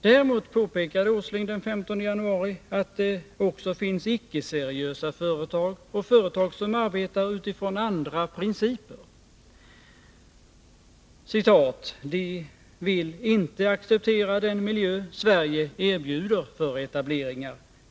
Däremot påpekade Nils Åsling den 15 januari att det också finns icke-seriösa företag och företag som arbetar utifrån andra principer. ”De vill inte acceptera den miljö Sverige erbjuder för etableringar.